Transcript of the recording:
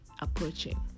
approaching